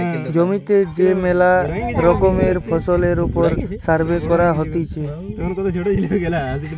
জমিতে যে মেলা রকমের ফসলের ওপর সার্ভে করা হতিছে